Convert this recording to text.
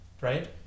right